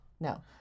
No